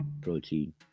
protein